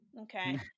Okay